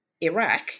Iraq